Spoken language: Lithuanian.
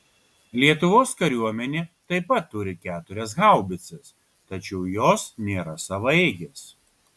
lietuvos kariuomenė taip pat turi keturias haubicas tačiau jos nėra savaeigės